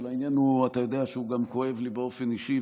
אבל אתה יודע שהעניין גם כואב לי באופן אישי,